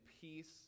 peace